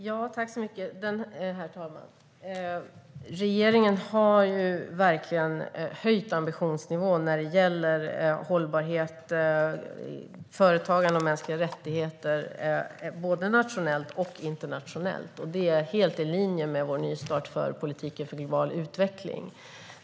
Herr talman! Regeringen har verkligen höjt ambitionsnivån vad gäller hållbart företagande och mänskliga rättigheter både nationellt och internationellt. Det är i helt i linje med vår nystart för politiken för global utveckling.